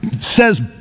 says